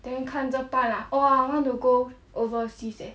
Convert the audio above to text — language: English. then 看着办 lah oh I want to go overseas eh